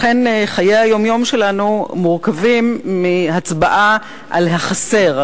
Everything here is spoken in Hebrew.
לכן חיי היום-יום שלנו מורכבים מהצבעה על החסר,